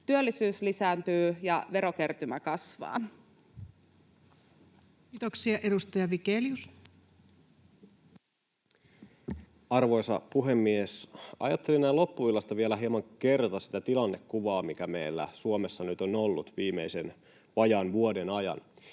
työllisyys lisääntyy ja verokertymä kasvaa. Kiitoksia. — Edustaja Vigelius. Arvoisa puhemies! Ajattelin näin loppuillasta vielä hieman kerrata sitä tilannekuvaa, mikä meillä Suomessa nyt on ollut viimeisen vajaan vuoden ajan.